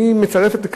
היא אומרת: